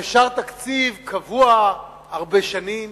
ואפשר תקציב קבוע הרבה שנים?